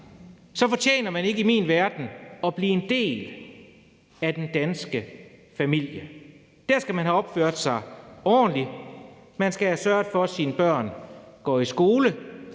– fortjener man ikke i min verden at blive en del af den danske familie. Der skal man have opført sig ordentligt, man skal have sørget for, at ens børn går i skole,